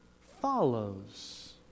follows